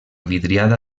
vidriada